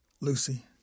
Lucy